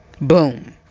boom